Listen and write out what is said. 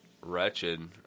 wretched